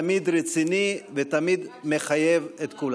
תמיד רציני ותמיד מחייב את כולנו.